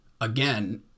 Again